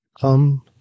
Come